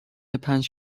پنج